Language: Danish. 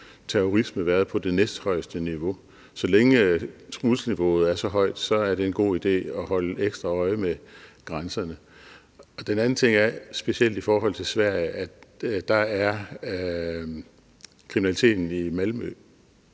terrorisme været på det næsthøjeste niveau. Så længe trusselsniveauet er så højt, er det en god idé at holde ekstra øje med grænserne. Den anden ting er, at det i forhold til Sverige er sådan, at kriminaliteten i Malmø,